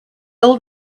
old